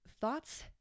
Thoughts